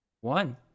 one